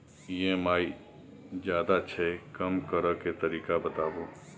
EMI ज्यादा छै कम करै के तरीका बताबू?